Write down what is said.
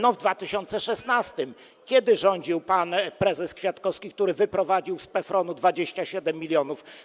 No w roku 2016, kiedy rządził pan prezes Kwiatkowski, który wyprowadził z PFRON-u 27 mln.